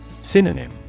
Synonym